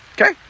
Okay